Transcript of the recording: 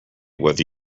whether